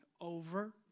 over